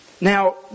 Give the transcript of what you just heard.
Now